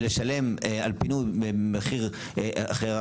ולשלם על פינוי במחיר אחר,